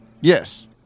Yes